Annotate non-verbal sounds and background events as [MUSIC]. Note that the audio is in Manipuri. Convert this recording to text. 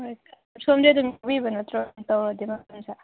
ꯍꯣꯏ ꯁꯣꯝꯗꯤ ꯑꯗꯨꯝ ꯌꯥꯎꯕꯤꯕ ꯅꯠꯇ꯭ꯔꯣ ꯇꯧꯔꯗꯤ [UNINTELLIGIBLE]